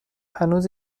هنوز